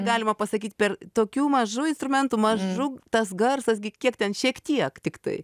galima pasakyt per tokiu mažu instrumentu mažu tas garsas gi kiek ten šiek tiek tiktai